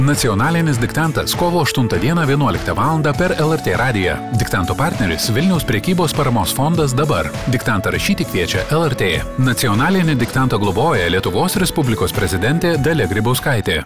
nacionalinis diktantas kovo aštuntą dieną vienuoliktą valandą per lrt radiją diktanto partneris vilniaus prekybos paramos fondas dabar diktantą rašyti kviečia lrt nacionalinį diktantą globoja lietuvos respublikos prezidentė dalia grybauskaitė